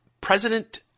President